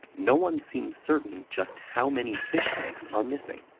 no one seems certain just how many fish tanks are missing.